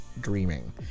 dreaming